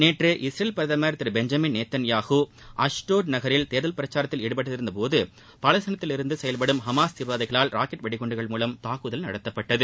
நேற்று இஸ்ரேல் பிரதமர் Thiru Benjamin Netanyahu Ashdod நகரில் தேர்தவ்பிரச்சாரத்தில ஈடுபட்டிருந்தபோது பாலஸ்தீனத்தில் இருந்து செயல்படும் ஹமாஸ் தீவிரவாதிகளால் ராக்கெட் வெடிகுண்டுகள் மூலம் தாக்குதல் நடத்தப்பட்டது